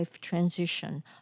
transition